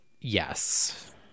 yes